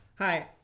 Hi